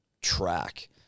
track